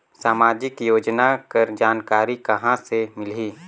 समाजिक योजना कर जानकारी कहाँ से मिलही?